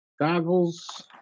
goggles